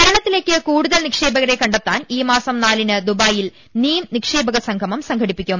കേരളത്തിലേക്ക് കൂടുതൽ നിക്ഷേപകരെ കണ്ടെത്താൻ ഈ മാസം നാലിന് ദുബായിൽ നീം നിക്ഷേപക സംഗമം സംഘടിപ്പി ക്കും